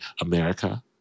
America